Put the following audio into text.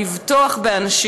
לבטוח באנשים.